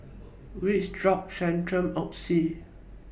Vapodrops Centrum and Oxy